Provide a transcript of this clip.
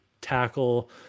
tackle